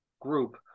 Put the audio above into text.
group